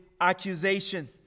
accusation